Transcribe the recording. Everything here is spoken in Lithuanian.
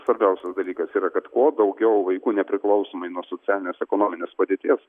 svarbiausias dalykas yra kad kuo daugiau vaikų nepriklausomai nuo socialinės ekonominės padėties